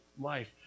life